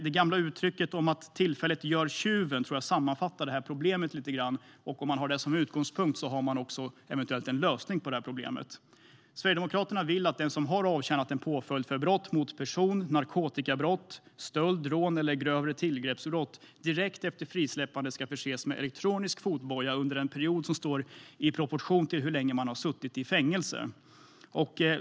Det gamla uttrycket "tillfället gör tjuven" tror jag sammanfattar det här problemet lite grann, och har man det som utgångspunkt har man eventuellt också en lösning på det här problemet. Sverigedemokraterna vill att den som har avtjänat en påföljd för brott mot person, narkotikabrott, stöld, rån eller grövre tillgreppsbrott direkt vid frisläppandet ska förses med elektronisk fotboja under en period som står i proportion till hur länge personen har suttit i fängelse.